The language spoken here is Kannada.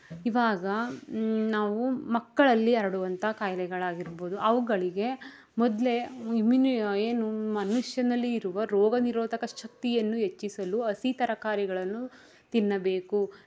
ಇವಾಗ ನಾವು ಮಕ್ಕಳಲ್ಲಿ ಹರಡುವಂತ ಕಾಯಿಲೆಗಳಾಗಿರ್ಬೋದು ಅವುಗಳಿಗೆ ಮೊದಲೆ ಇಮ್ಮ್ಯುನಿ ಏನು ಮನುಷ್ಯನಲ್ಲಿ ಇರುವ ರೋಗನಿರೋಧಕ ಶಕ್ತಿಯನ್ನು ಹೆಚ್ಚಿಸಲು ಹಸಿ ತರಕಾರಿಗಳನ್ನು ತಿನ್ನಬೇಕು